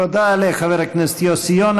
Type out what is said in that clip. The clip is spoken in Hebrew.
תודה לחבר הכנסת יוסי יונה.